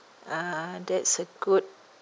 ah that's a good